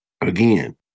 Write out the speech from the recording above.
Again